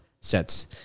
sets